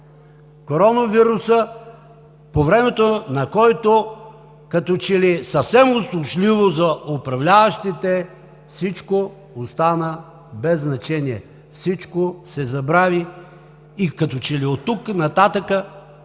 Коронавирусът – по времето, когато като че ли съвсем услужливо за управляващите всичко стана без значение, всичко се забрави и като че ли оттук нататък